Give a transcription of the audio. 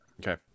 Okay